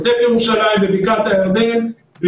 עוטף ירושלים ובקעת הירדן,